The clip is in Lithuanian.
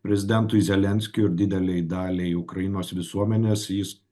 prezidentui zelenskiui ir didelei daliai ukrainos visuomenės jis